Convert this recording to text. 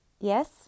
yes